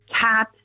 cat